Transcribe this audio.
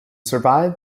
survived